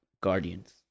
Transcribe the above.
guardians